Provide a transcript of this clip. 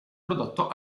prodotto